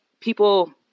people